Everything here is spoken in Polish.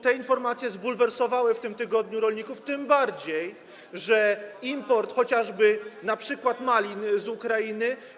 Te informacje zbulwersowały w tym tygodniu rolników, tym bardziej że import chociażby np. malin z Ukrainy.